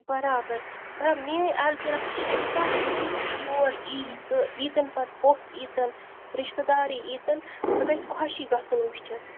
برابر مگر میٛٲنۍ عرضہٕ رَژھ چھِ یوٗتاہ کہِ یُس تہِ یور یِیہِ سُہ ییٖتَن پَتہٕ پوٚژھ ییٖتَن رِشتہٕ دار ییٖتَن سُہ گَژھِ خۄشے گَژھُن وٕچھِتھ